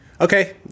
Okay